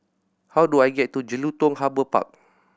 how do I get to Jelutung Harbour Park